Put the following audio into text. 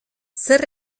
zer